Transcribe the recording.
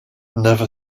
never